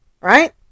right